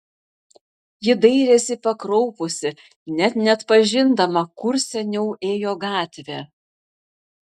ji dairėsi pakraupusi net neatpažindama kur seniau ėjo gatvė